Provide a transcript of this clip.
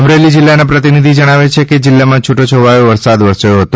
અમરેલી જીલ્લાના પ્રતિનિધિ જણાવે છે કે જીલ્લામાં છૂટોછવાયો વરસાદ વરસ્યો હતો